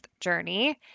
journey